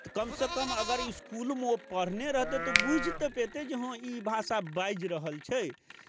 तऽ कमसँ कम अगर इसकुलमे ओ पढ़ने रहतै तऽ बूझि तऽ पयतै जे हँ ई भाषा बाजि रहल छै